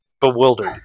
bewildered